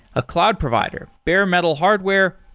a cloud provider, bare metal hardware,